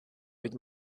avec